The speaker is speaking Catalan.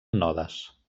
nodes